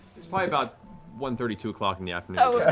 it's probably about one thirty, two o'clock in the afternoon.